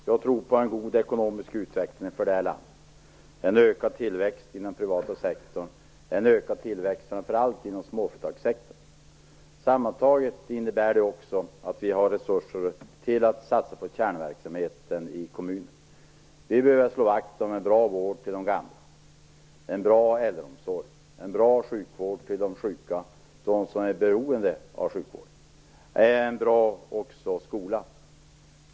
Herr talman! Jag tror på en god ekonomisk utveckling för det här landet med en ökad tillväxt inom den privata sektorn och en ökad tillväxt framför allt inom småföretagssektorn. Sammantaget innebär det också att vi har resurser till att satsa på kärnverksamheten i kommunerna. Vi behöver slå vakt om en bra vård till de gamla, en bra äldreomsorg, en bra sjukvård till dem som är beroende av sjukvården och en bra skola.